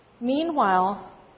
Meanwhile